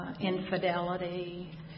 Infidelity